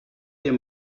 dir